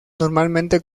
normalmente